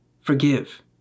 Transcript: Forgive